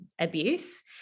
abuse